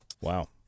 Wow